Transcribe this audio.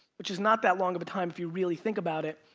which is not that long of a time if you really think about it,